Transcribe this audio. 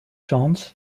chance